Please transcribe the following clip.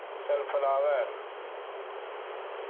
sun flower